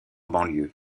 banlieue